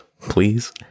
please